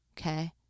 okay